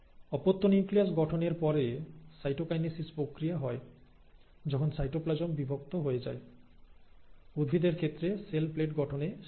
অপত্য নিউক্লিয়াস গঠন এর পরে সাইটোকাইনেসিস প্রক্রিয়া হয় যখন সাইটোপ্লাজম বিভক্ত হয়ে যায় উদ্ভিদের ক্ষেত্রে সেল প্লেট গঠনে শেষ হয়